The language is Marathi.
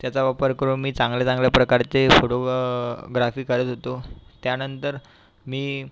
त्याचा वापर करून मी चांगल्या चांगल्या प्रकारचे फोटो ग्राफिक काढत होतो त्यानंतर मी